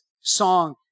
song